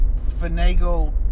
finagle